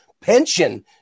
Pension